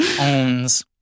owns